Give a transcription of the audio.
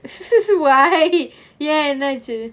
why ஏன் என்னாச்சி :yean ennachi